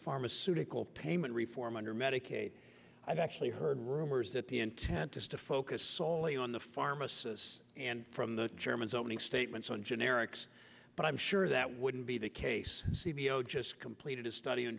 pharmaceutical payment reform under medicaid i've actually heard rumors that the intent is to focus solely on the pharmacists and from the chairman's opening statements on generics but i'm sure that wouldn't be the case cvo just completed a study on